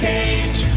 Cage